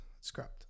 Scrapped